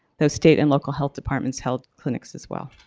the state and local health departments held clinics as well.